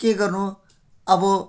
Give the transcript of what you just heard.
के गर्नु अब